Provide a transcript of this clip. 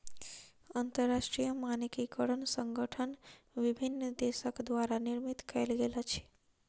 अंतरराष्ट्रीय मानकीकरण संगठन विभिन्न देसक द्वारा निर्मित कयल गेल अछि